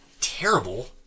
terrible